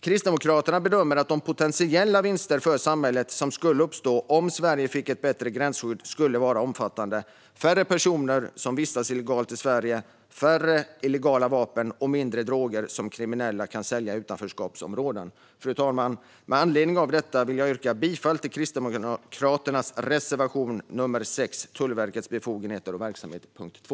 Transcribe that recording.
Kristdemokraterna bedömer att de potentiella vinsterna för samhället som skulle uppstå om Sverige fick ett bättre gränsskydd skulle vara omfattande - färre personer som vistas illegalt i Sverige, färre illegala vapen och mindre droger som kriminella kan sälja i utanförskapsområden. Fru talman! Med anledning av detta vill jag yrka bifall till Kristdemokraternas reservation 6 om Tullverkets befogenheter och verksamhet under punkt 2.